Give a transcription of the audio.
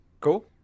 Cool